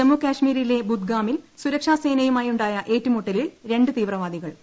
ജമ്മുകാശ്മീരിലെ ബുദ്ഗാമിൽ സുരക്ഷാസേനയുമായുണ്ടായ ഏറ്റുമുട്ടലിൽ രണ്ട് തീവ്രവാദികൾ കൊല്ലപ്പെട്ടു